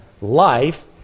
life